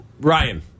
Ryan